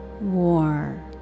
war